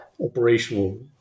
operational